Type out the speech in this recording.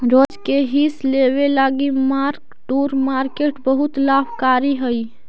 रोज के हिस लेबे लागी मार्क टू मार्केट बहुत लाभकारी हई